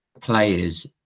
players